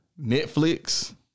Netflix